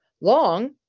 long